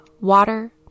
water